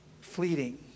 fleeting